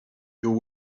your